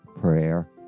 prayer